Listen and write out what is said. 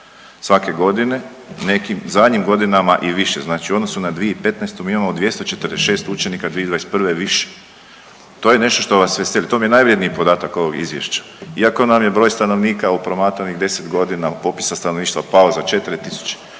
svake godine, u nekim, u zadnjim godinama i više, znači u odnosu na 2015. mi imamo 246 učenika 2021. više, to je nešto što vas veseli, to mi je najvrjedniji podatak ovog izvješća iako nam je broj stanovnika u promatranih 10.g. od popisa stanovništva pao za 4